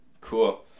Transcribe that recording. Cool